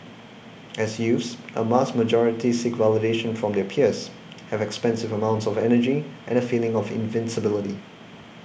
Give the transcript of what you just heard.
as youths a vast majority seek validation from their peers have expansive amounts of energy and a feeling of invincibility